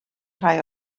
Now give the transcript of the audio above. rhai